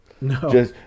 No